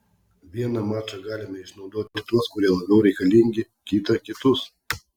vieną mačą galime išnaudoti tuos kurie labiau reikalingi kitą kitus